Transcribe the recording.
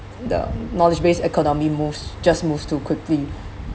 the knowledge-based economy moves just moves too quickly